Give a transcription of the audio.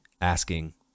asking